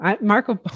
Marco